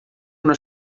una